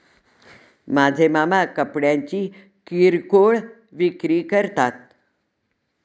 माझे मामा कपड्यांची किरकोळ विक्री करतात